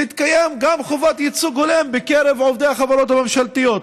תתקיים גם חובת ייצוג הולם בקרב עובדי החברות הממשלתיות,